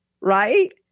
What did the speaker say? right